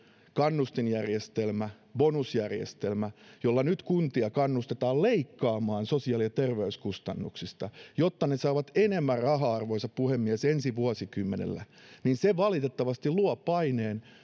kannustinjärjestelmä bonusjärjestelmä jolla nyt kuntia kannustetaan leikkaamaan sosiaali ja terveyskustannuksista jotta ne saavat enemmän rahaa arvoisa puhemies ensi vuosikymmenellä niin se valitettavasti luo paineen